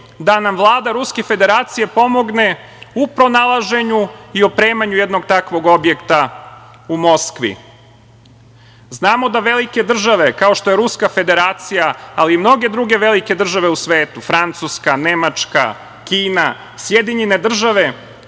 da nam Vlada Ruske Federacije pomogne u pronalaženju i opremanju jednog takvog objekta u Moskvi. Znamo da velike države kao što je Ruska federacija, ali i mnoge druge velike države u svetu, Francuska, Nemačka, Kina, Sjedinjene države,